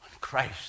Christ